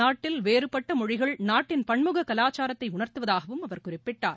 நாட்டில் வேறுபட்ட மொழிகள் நாட்டின் பன்முக கலாச்சாரத்தை உணர்த்துவதாகவும் அவர் குறிப்பிட்டார்